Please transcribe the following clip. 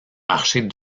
marchés